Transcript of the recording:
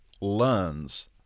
learns